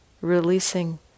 releasing